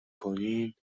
کنین